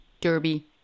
Derby